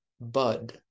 bud